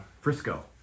Frisco